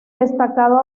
destacado